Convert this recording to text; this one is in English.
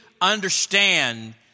understand